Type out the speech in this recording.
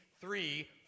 three